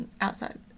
outside